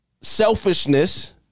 selfishness